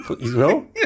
No